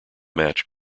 match